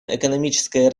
экономическое